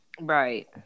Right